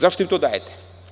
Zašto im to dajete?